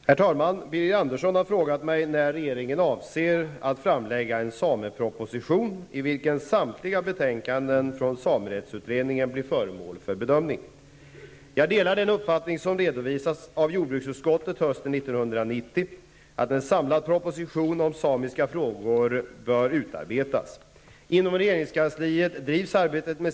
När avser regeringen att framlägga en sameproposition, i vilken samtliga betänkanden från samerättsutredningen blir föremål för en samlad bedömning? Situationen för kurderna i Irak är katastrofal. 1--2 miljoner flyktingar saknar tak över huvudet och det är nu vinter i området.